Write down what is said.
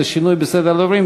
זה שינוי בסדר הדוברים,